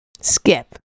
Skip